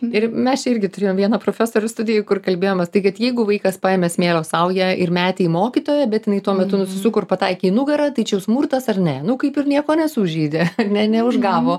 ir mes čia irgi turėjom vieną profesorių studijoj kur kalbėjomės tai kad jeigu vaikas paėmė smėlio saują ir metė į mokytoją bet jinai tuo metu nusisuko ir pataikė į nugarą tai čia jau smurtas ar ne nu kaip ir nieko nesužeidė ar ne neužgavo